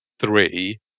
three